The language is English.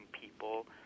people